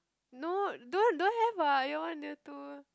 no don't don't have what year one year two